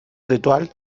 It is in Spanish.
ritual